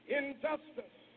injustice